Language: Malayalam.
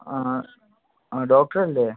ആ ആ ഡോക്ടർ അല്ലേ